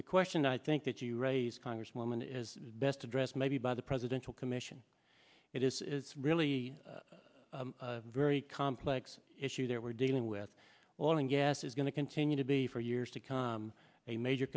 the question i think that you raised congresswoman is best addressed maybe by the presidential commission it is really a very complex issue that we're dealing with all and yes is going to continue to be for years to come a major